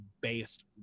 based